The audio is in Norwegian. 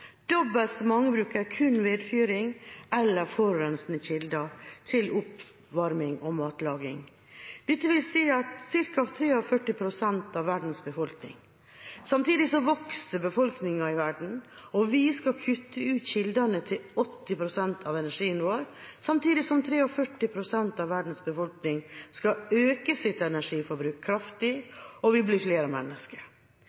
Dobbelt så mange bruker kun vedfyring eller forurensende kilder til oppvarming og matlaging, dvs. ca. 43 pst. av verdens befolkning. Samtidig vokser befolkningen i verden. Vi skal kutte ut kildene til 80 pst. av energien vår, samtidig som 43 pst. av verdens befolkning skal øke sitt energiforbruk